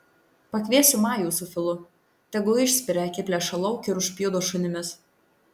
pakviesiu majų su filu tegu išspiria akiplėšą lauk ir užpjudo šunimis